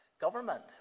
Government